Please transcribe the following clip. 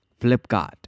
Flipkart